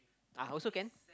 ah also can